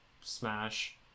Smash